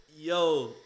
Yo